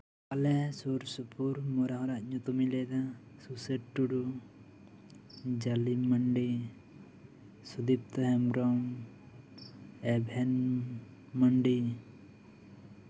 ᱟᱞᱮ ᱥᱩᱨ ᱥᱩᱯᱩᱨ ᱢᱚᱬᱮ ᱦᱚᱲᱟᱜ ᱧᱩᱛᱩᱢ ᱤᱧ ᱞᱟᱹᱭᱫᱟ ᱥᱩᱥᱤᱨ ᱴᱩᱰᱩ ᱡᱟᱞᱤᱢ ᱢᱟᱱᱰᱤ ᱥᱩᱫᱤᱯᱛᱚ ᱦᱮᱢᱵᱨᱚᱢ ᱮᱵᱷᱮᱱ ᱢᱟᱱᱰᱤ